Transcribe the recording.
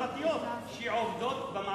אלה חברות שמירה פרטיות שעובדות במעברים,